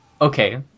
okay